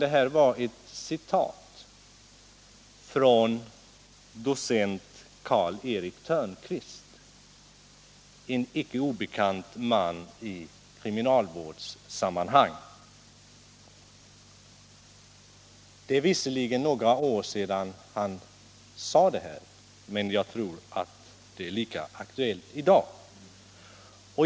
Det här var ett citat från docent Karl Erik Törnkvist. en icke obekant man i kriminalvårdssammanhang. Det är visserligen några år sedan han sade detta. men jag tror att det är lika aktuellt i dag.